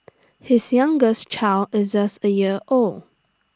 his youngest child is just A year old